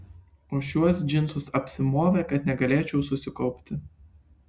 o šiuos džinsus apsimovė kad negalėčiau susikaupti